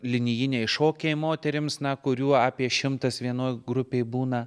linijiniai šokiai moterims na kurių apie šimtas vienoj grupėj būna